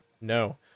No